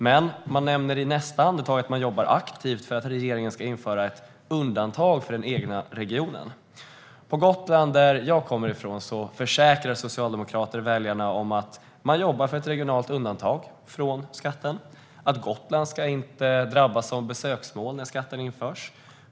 I nästa andetag nämner man dock att man jobbar aktivt för att regeringen ska införa ett undantag för den egna regionen. På Gotland, som jag kommer ifrån, försäkrar socialdemokrater väljarna om att man jobbar för ett regionalt undantag från skatten och att Gotland som besöksmål inte ska drabbas när skatten införs.